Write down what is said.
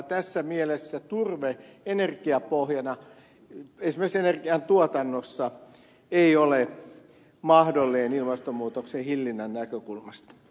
tässä mielessä turve energiapohjana esimerkiksi energiantuotannossa ei ole mahdollinen ilmastonmuutoksen hillinnän näkökulmasta